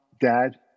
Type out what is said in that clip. dad